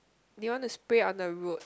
they want to spray on the road